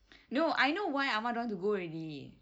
no I know why amar don't want to go already